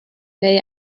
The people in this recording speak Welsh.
neu